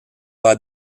pas